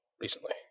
recently